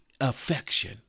affection